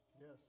Yes